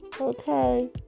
Okay